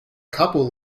couple